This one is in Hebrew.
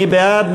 מי בעד?